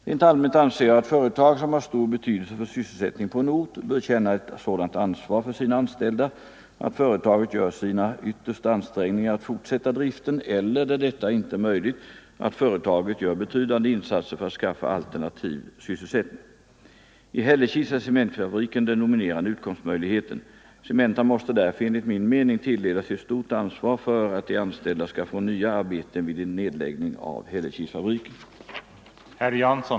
Rent allmänt anser jag att företag, som har stor betydelse för sysselsättningen på en ort, bör känna ett sådant ansvar för sina anställda att företaget gör sina yttersta ansträngningar att fortsätta driften eller, där detta inte är möjligt, att företaget gör betydande insatser för att skaffa alternativ sysselsättning. I Hällekis är cementfabriken den dominerande utkomstmöjligheten. Cementa måste därför enligt min mening tilldelas ett stort ansvar för att de anställda skall få nya arbeten vid en nedläggning av Hällekisfabriken.